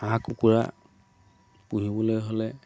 হাঁহ কুকুৰা পুহিবলৈ হ'লে